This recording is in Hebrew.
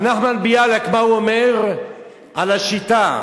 על נחמן ביאליק, מה הוא אומר על השיטה,